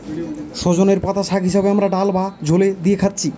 সজনের পাতা শাগ হিসাবে আমরা ডাল বা ঝোলে দিয়ে খাচ্ছি